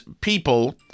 people